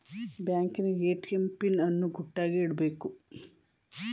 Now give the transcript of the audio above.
ಬ್ಯಾಂಕಿನ ATM PIN ಅನ್ನು ಗುಟ್ಟಾಗಿ ಇಟ್ಕೊಬೇಕು